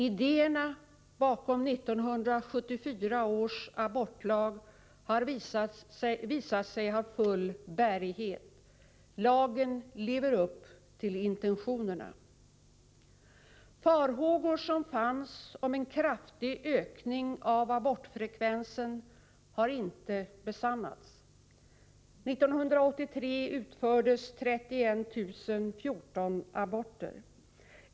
Idéerna bakom 1974 års abortlag har visat sig ha full bärighet. Lagen lever upp till intentionerna. Farhågor som fanns om en kraftig ökning av abortfrekvensen har inte besannats. 1983 utfördes 31 014 aborter.